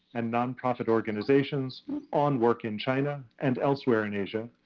and non-profit organizations on work in china and elsewhere in asia.